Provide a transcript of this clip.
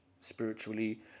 spiritually